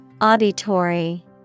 Auditory